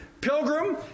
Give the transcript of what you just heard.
Pilgrim